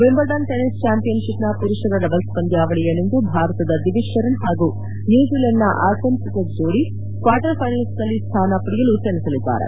Wimbledon tennis ಚಾಂಪಿಯನ್ಷಿಪ್ನ ಮರುಷರ doubles ಪಂದ್ಯಾವಳಿ ಯಲ್ಲಿಂದು ಭಾರತದ ದಿವಿಜ್ ಶರಣ್ ಹಾಗೂ ನ್ಲೂಜಿಲೆಂಡ್ನ ಆರ್ಟೆಮ್ ಸಿಟಕ್ ಜೋಡಿ ಕ್ವಾರ್ಫೈನಲ್ಸ್ನಲ್ಲಿ ಸ್ವಾನ ಪಡೆಯಲು ಸೆಣಸಲಿದ್ದಾರೆ